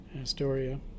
Astoria